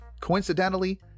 Coincidentally